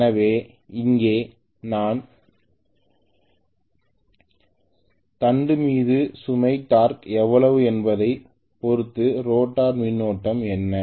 எனவே இங்கே நான் தண்டு மீது சுமை டார்க் எவ்வளவு என்பதைப் பொறுத்து ரோட்டார் மின்னோட்டம் என்ன